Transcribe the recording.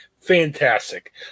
Fantastic